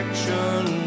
Action